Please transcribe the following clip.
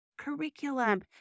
curriculum